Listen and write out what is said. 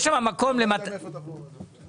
אם אתם אומרים שאת המפעל הזה סוגרים,